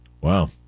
Wow